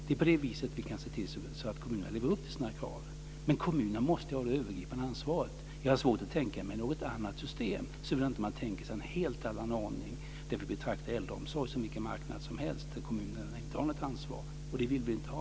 Det är så vi kan se till att kommunerna lever upp till kraven. Kommunerna måste ha det övergripande ansvaret. Jag har svårt att tänka mig något annat system, såvida man inte tänker sig en helt annan ordning där vi betraktar äldreomsorg som vilken marknad som helst, där kommunen inte har något ansvar. Det vill vi inte ha.